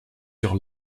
sur